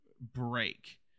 break